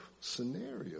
scenario